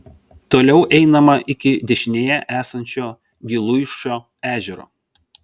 toliau einama iki dešinėje esančio giluišio ežero